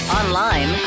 online